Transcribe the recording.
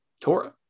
Torah